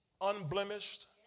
unblemished